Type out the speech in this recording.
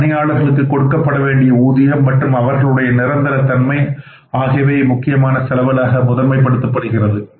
இந்தப் பணியாளர்களுக்காக கொடுக்கப்பட வேண்டிய ஊதியம் மற்றும் அவர்களுடைய நிரந்தர தன்மை ஆகியவை முக்கியமான செலவுகளாக முதன்மைப் படுத்தப் படுகிறது